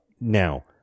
now